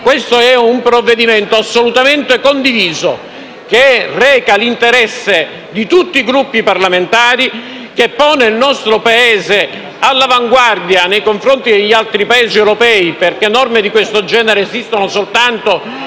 Questo è un provvedimento assolutamente condiviso, che reca l'interesse di tutti i Gruppi parlamentari e che pone il nostro Paese all'avanguardia nei confronti degli altri Paesi europei, perché norme di questo genere esistono soltanto